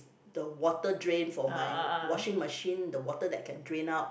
the water drain for my washing machine the water that can drain out